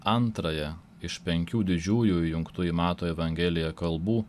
antrąją iš penkių didžiųjų įjungtų į mato evangeliją kalbų